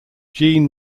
jean